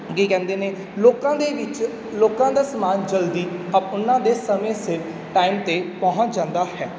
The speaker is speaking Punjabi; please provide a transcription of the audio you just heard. ਕੀ ਕਹਿੰਦੇ ਨੇ ਲੋਕਾਂ ਦੇ ਵਿੱਚ ਲੋਕਾਂ ਦਾ ਸਮਾਨ ਜਲਦੀ ਅਪ ਉਨ੍ਹਾਂ ਦੇ ਸਮੇਂ ਸਿਰ ਟਾਈਮ 'ਤੇ ਪਹੁੰਚ ਜਾਂਦਾ ਹੈ